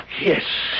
Yes